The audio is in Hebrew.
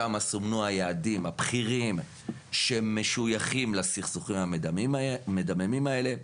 שם סומנו היעדים הבכירים שמשויכים לסכסוכים המדממים האלה,